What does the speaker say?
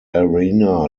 arena